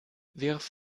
wirf